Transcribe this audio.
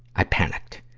i panicked.